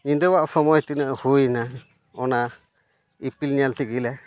ᱧᱤᱫᱟᱹᱣᱟᱜ ᱥᱚᱢᱚᱭ ᱛᱤᱱᱟᱹᱜ ᱦᱩᱭᱱᱟ ᱚᱱᱟ ᱤᱯᱤᱞ ᱧᱮᱞ ᱛᱮᱜᱮ ᱞᱮ